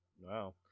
Wow